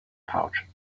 pouch